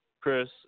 Chris